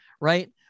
right